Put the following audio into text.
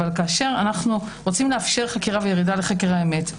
אבל כאשר אנחנו רוצים לאפשר חקירה וירידה לחקר האמת,